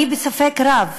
אני בספק רב